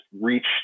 reach